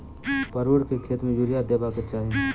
परोर केँ खेत मे यूरिया देबाक चही?